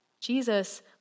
Jesus